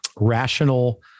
rational